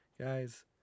guys